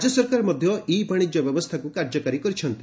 ରାଜ୍ୟ ସରକାର ମଧ୍ୟ ଇ ବାଣିଜ୍ୟ ବ୍ୟବସ୍ଥାକୁ କାର୍ଯ୍ୟକାରୀ କରିଛନ୍ତି